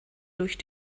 durch